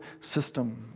system